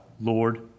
Lord